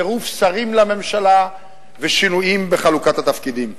צירוף שרים לממשלה ושינויים בחלוקת התפקידים.